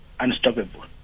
Unstoppable